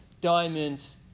diamonds